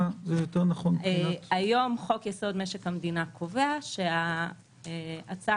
היום חוק-יסוד: משק המדינה קובע שהצעת